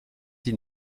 die